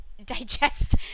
digest